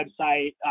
website